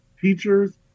teachers